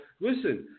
listen